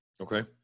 Okay